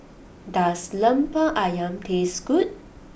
does Lemper Ayam taste good